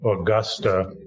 Augusta